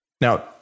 Now